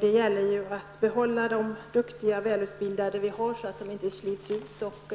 Det gäller att behålla den duktiga och välutbildade personal som vi har. De anställda får inte slitas ut och